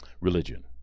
religion